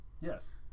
Yes